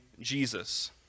Jesus